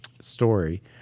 story